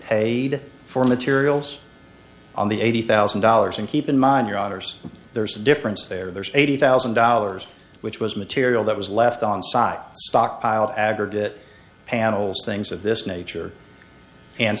pay for materials on the eighty thousand dollars and keep in mind your honour's there's a difference there there's eighty thousand dollars which was material that was left on stock stockpiled aggregate panels things of this nature